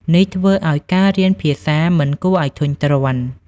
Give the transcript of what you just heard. នេះធ្វើឲ្យការរៀនភាសាមិនគួរឲ្យធុញទ្រាន់។